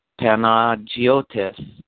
Panagiotis